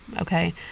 Okay